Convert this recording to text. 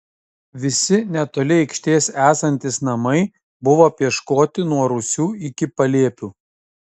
visi netoli aikštės esantys namai buvo apieškoti nuo rūsių iki palėpių